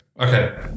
Okay